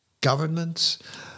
governments